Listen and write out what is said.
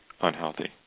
unhealthy